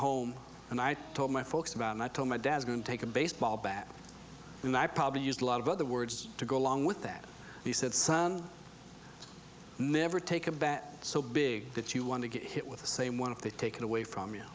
home and i told my folks about and i told my dad going take a baseball bat and i probably used a lot of other words to go along with that he said son never take a bat so big that you want to get hit with the same one of the taken away from